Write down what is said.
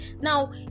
Now